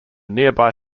nearby